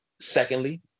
Secondly